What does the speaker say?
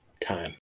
time